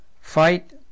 Fight